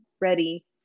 ready